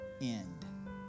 end